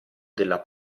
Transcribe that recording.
della